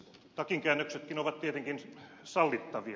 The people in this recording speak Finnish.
takinkäännöksetkin ovat tietenkin sallittavia